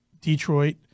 Detroit